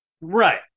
Right